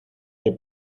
que